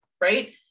right